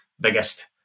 biggest